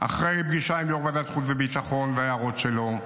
אחרי פגישה עם יו"ר ועדת חוץ וביטחון וההערות שלו,